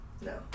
No